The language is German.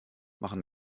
machen